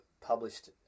published